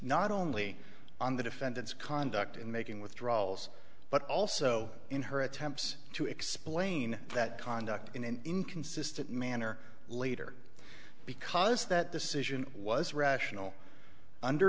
not only on the defendant's conduct in making withdrawals but also in her attempts to explain that conduct in an inconsistent manner later because that decision was rational under